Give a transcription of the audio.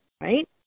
right